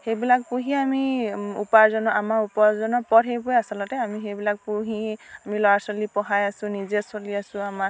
সেইবিলাক পুহি আমি উপাৰ্জনৰ আমাৰ উপাৰ্জনৰ পথ সেইবোৰে আচলতে আমি সেইবিলাক পুহি আমি ল'ৰা ছোৱালী পঢ়াই আছোঁ নিজে চলি আছোঁ আমাৰ